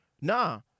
Nah